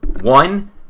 one